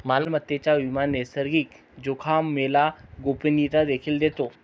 मालमत्तेचा विमा नैसर्गिक जोखामोला गोपनीयता देखील देतो